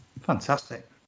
Fantastic